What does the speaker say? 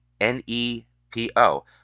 N-E-P-O